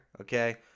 okay